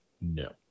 No